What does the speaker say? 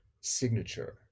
signature